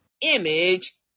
image